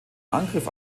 angriff